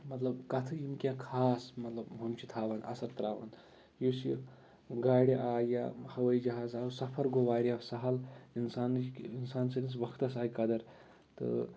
مطلب کَتھٕ یِم کینٛہہ خاص مطلب ہُم چھِ تھاوَان اَصٕل ترٛاوَان یُس یہِ گاڑِ آے یا ہَوٲیی جہاز آو سفر گوٚو واریاہ سہل اِنسانہٕ اِنسان سٕنٛدِس وَقتَس آے قدر تہٕ